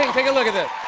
take a look at this.